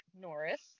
Norris